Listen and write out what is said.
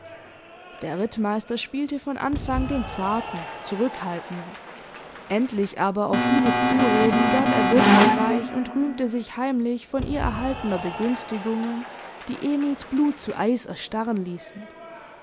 der rittmeister spielte von anfang den zarten zurückhaltenden endlich aber auf vieles zureden gab er wirklich weich und rühmte sich heimlich von ihr erhaltener begünstigungen die emils blut zu eis erstarren ließen